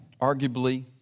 arguably